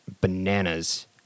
bananas